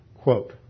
Quote